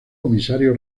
comisario